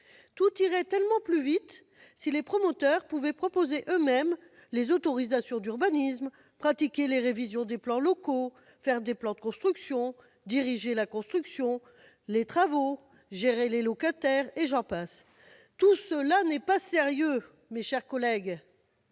Tout irait tellement plus vite si les promoteurs pouvaient délivrer eux-mêmes les autorisations d'urbanisme, pratiquer les révisions des plans locaux, faire des plans de construction, diriger la construction, les travaux, gérer les locataires, et j'en passe ! Tout cela n'est pas sérieux, mes chers collègues.